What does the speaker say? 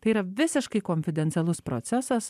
tai yra visiškai konfidencialus procesas